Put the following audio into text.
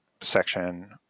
section